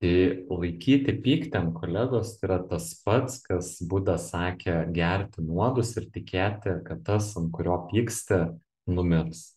tai laikyti pykti ant kolegos tai yra tas pats kas buda sakė gerti nuodus ir tikėti kad tas ant kurio pyksti numirs